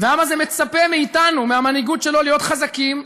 והעם הזה מצפה מאתנו, מהמנהיגות שלו, להיות חזקים,